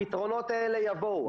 הפתרונות האלו יבואו.